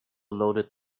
loaded